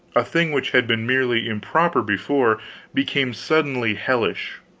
a thing which had been merely improper before became suddenly hellish.